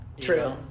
True